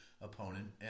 opponent